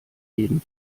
jeden